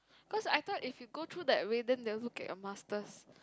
cause I thought if you go through that way then they will look at your masters